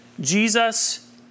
Jesus